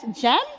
Jen